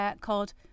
Called